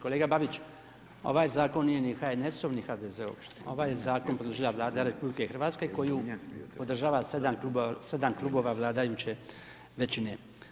Kolega Babić, ovaj zakon nije ni HNS-ov, ni HDZ-ov, ovaj zakon podržava Vlada RH koju podržava 7 klubova vladajuće većine.